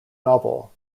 novel